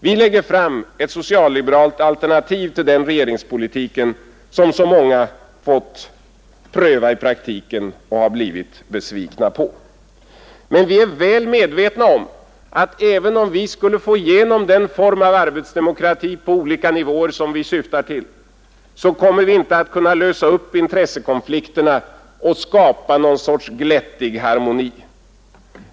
Vi lägger fram ett socialliberalt alternativ till den regeringspolitik som så många har fått pröva i praktiken och blivit besvikna på. Men vi är väl medvetna om att även om vi skulle få igenom den form av arbetsdemokrati på olika nivåer som vi syftar till, så kommer vi inte att kunna lösa intressekonflikterna och skapa någon sorts glättig harmoni.